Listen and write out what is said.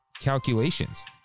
calculations